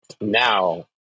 Now